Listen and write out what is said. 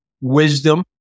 wisdom